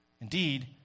Indeed